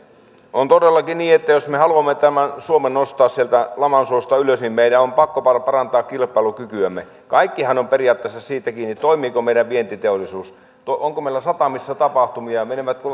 on todellakin niin että jos me haluamme tämän suomen nostaa sieltä laman suosta ylös niin meidän on pakko parantaa kilpailukykyämme kaikkihan on periaatteessa siitä kiinni toimiiko meidän vientiteollisuus onko meillä satamissa tapahtumia